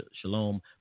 shalom